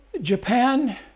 Japan